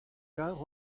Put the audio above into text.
kar